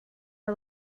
are